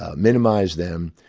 ah minimise them,